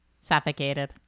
Suffocated